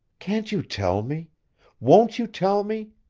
can't you tell me won't you tell me?